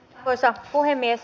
arvoisa puhemies